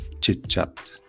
chit-chat